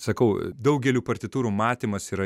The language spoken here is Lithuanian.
sakau daugelių partitūrų matymas yra